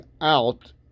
out